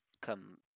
come